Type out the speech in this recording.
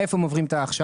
איפה הם עוברים את ההכשרה?